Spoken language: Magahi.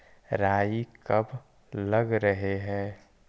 राई कब लग रहे है?